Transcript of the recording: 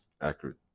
accurate